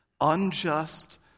unjust